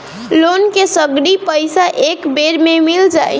Loan के सगरी पइसा एके बेर में मिल जाई?